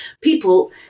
people